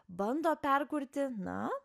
bando perkurti na